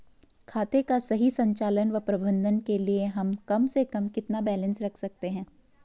खाते का सही संचालन व प्रबंधन के लिए हम कम से कम कितना बैलेंस रख सकते हैं?